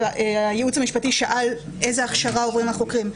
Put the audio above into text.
הייעוץ המשפטי שאל איזו הכשרה עוברים החוקרים.